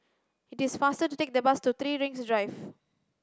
it is faster to take the bus to Three Rings Drive